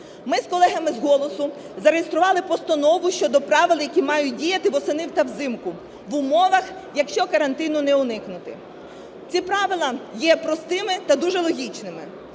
Ми з колегами з "Голосу" зареєстрували постанову щодо правил, які мають діяти восени та взимку в умовах, якщо карантину не уникнути. Ці правила є простими та дуже логічними.